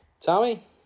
Tommy